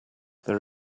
there